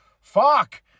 Fuck